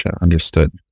Understood